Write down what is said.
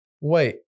Wait